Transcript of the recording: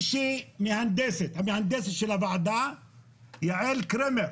מהנדסת הוועדה היא יעל קרמר,